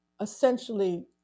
essentially